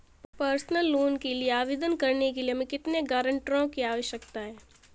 Personal loan के लिए आवेदन करने के लिए हमें कितने गारंटरों की आवश्यकता है?